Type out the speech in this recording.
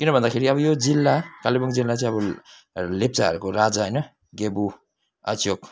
किन भन्दाखेरि अब यो जिल्ला कालेबुङ जिल्ला चाहिँ अब लेप्चाहरूको राजा होइन गेबू आच्योक